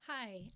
Hi